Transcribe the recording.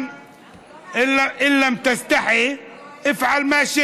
(חוזר על הפתגם בערבית.)